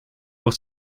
pour